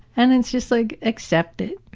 and, it's just like accept it.